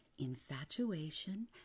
infatuation